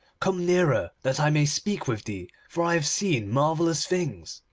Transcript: come nearer, that i may speak with thee, for i have seen marvellous things